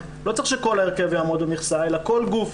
לא צריך שכל ההרכב יעמוד במכסה אלא כל גוף